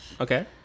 Okay